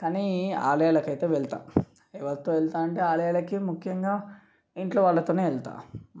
కానీ ఆలయాలకైతే వెళ్తా ఎవలితో వెళ్తా అంటే ఆలయాలకి ముఖ్యంగా ఇంట్లో వాళ్ళతోనే వెళ్తా